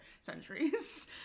centuries